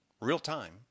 real-time